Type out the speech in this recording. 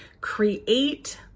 create